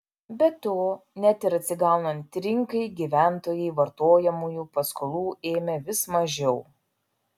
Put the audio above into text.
be to net ir atsigaunant rinkai gyventojai vartojamųjų paskolų ėmė vis mažiau